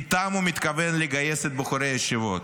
איתם הוא מתכוון לגייס את בחורי הישיבות.